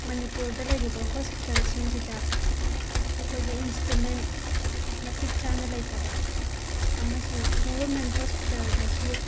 ꯃꯅꯤꯄꯨꯔꯗ ꯂꯩꯔꯤꯕ ꯍꯣꯁꯄꯤꯇꯥꯜꯁꯤꯡꯁꯤꯗ ꯑꯩꯈꯣꯏꯒꯤ ꯏꯟꯁꯇ꯭ꯔꯨꯃꯦꯟ ꯃꯇꯤꯛ ꯆꯥꯅ ꯂꯩꯇꯕ ꯑꯃꯁꯨꯡ ꯒꯣꯕꯔꯃꯦꯟ ꯍꯣꯁꯄꯤꯇꯥꯜꯗꯁꯨ